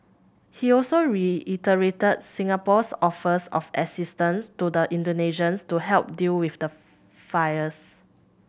he also reiterated Singapore's offers of assistance to the Indonesians to help deal with the fires